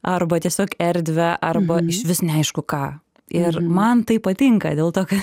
arba tiesiog erdvę arba išvis neaišku ką ir man tai patinka dėl to kad